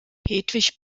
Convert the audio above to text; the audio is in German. hedwig